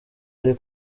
ari